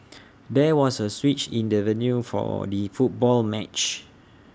there was A switch in the venue for the football match